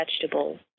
vegetables